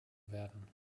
werden